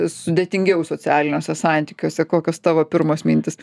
sudėtingiau socialiniuose santykiuose kokios tavo pirmos mintys